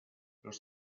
los